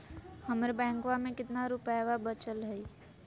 हमर बैंकवा में कितना रूपयवा बचल हई?